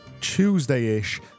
Tuesday-ish